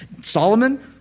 Solomon